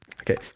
Okay